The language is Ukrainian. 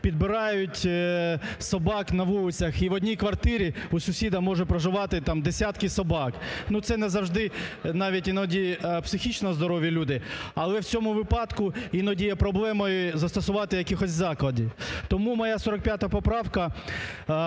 підбирають собак на вулицях і в одній квартирі у сусіда може проживати там десятки собак, це не завжди іноді навіть психічно здорові люди, але в цьому випадку іноді є проблемою застосувати якихось заходів. Тому моя 45 поправка